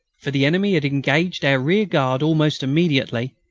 for the enemy had engaged our rearguard almost immediately.